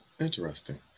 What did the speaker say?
Interesting